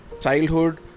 childhood